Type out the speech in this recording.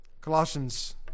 Colossians